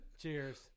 Cheers